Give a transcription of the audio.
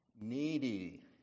Needy